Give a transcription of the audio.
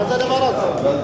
מה זה הדבר הזה?